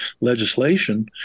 legislation